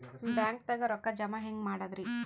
ಬ್ಯಾಂಕ್ದಾಗ ರೊಕ್ಕ ಜಮ ಹೆಂಗ್ ಮಾಡದ್ರಿ?